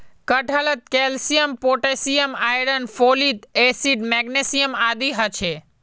कटहलत calcium potassium iron folic acid magnesium आदि ह छे